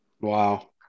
wow